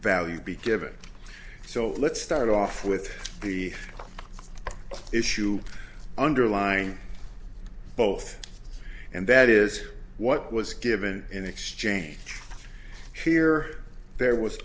value be given so let's start off with the issue underlying both and that is what was given in exchange here there was